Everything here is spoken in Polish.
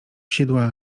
sidła